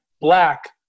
black